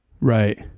right